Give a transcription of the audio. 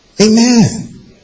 Amen